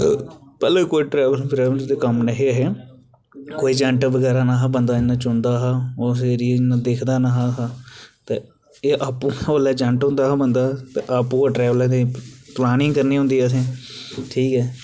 पैह्लें कोई travel travel दे कम्म नेईं हे कोई जैंट बगैरा नेईं हा बंदा इं'यां चुनदा हा उस एरिये गी कोई दिखदा नेईं हा आपूं उसलै जैंट होंदा हा ते आपूं गै ट्रैबल दी प्लानिंग करनी होंदी ही असें ठीक ऐ